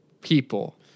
People